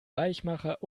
weichmacher